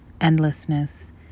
endlessness